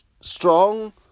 strong